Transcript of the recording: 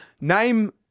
name